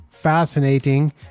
fascinating